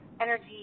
energy